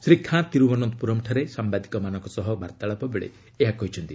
ଶ୍ରୀ ଖାଁ ତିରୁଅନନ୍ତପୁରମ୍ଠାରେ ସାମ୍ବାଦିକମାନଙ୍କ ସହ ବାର୍ତ୍ତାଳାପ ବେଳେ ଏହା କହିଛନ୍ତି